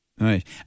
Right